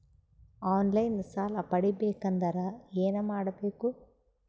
On line ಸಾಲ ಪಡಿಬೇಕಂದರ ಏನಮಾಡಬೇಕು?